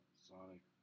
Sonic